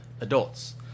adults